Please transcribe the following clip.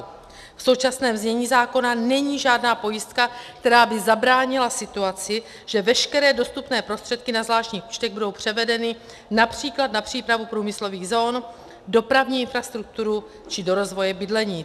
V současném znění zákona není žádná pojistka, která by zabránila situaci, že veškeré dostupné prostředky na zvláštních účtech budou převedeny například na přípravu průmyslových zón, dopravní infrastrukturu či do rozvoje bydlení.